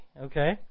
okay